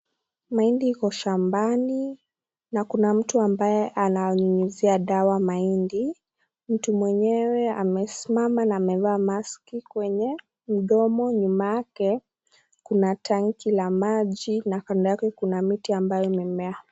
Mahindi iko shambani ,na kuna mtu ambaye ananyunyuzia dawa mahindi. Mtu mwenyewe amesimama na amevaa mask kwenye mdomo. Nyuma yake, kuna tangi la maji na kando yake kuna miti ambayo imemea.